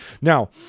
Now